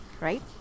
right